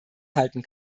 halten